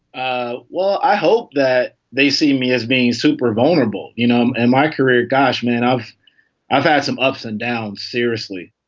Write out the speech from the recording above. ah well, i hope that they see me as being super vulnerable you know and my career. gosh, man, i've i've had some ups and downs. seriously.